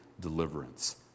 deliverance